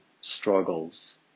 struggles